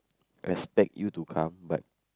expect you to come but